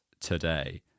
today